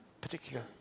particular